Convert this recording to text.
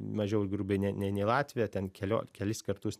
mažiau grubiai ne ne nei latvija ten kelio kelis kartus